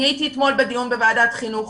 אני הייתי אתמול בדיון בוועדת חינוך,